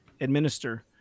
administer